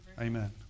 Amen